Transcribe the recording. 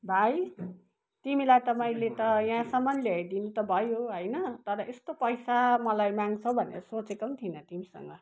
भाइ तिमीलाई त मैले त यहाँसम्म त ल्याइदिनु त भयो होइन तर यस्तो पैसा मलाई माग्छौ भनेर सोचेको पनि थिइनँ तिमीसँग